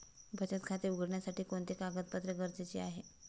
बचत खाते उघडण्यासाठी कोणते कागदपत्रे गरजेचे आहे?